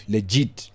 Legit